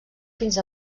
fins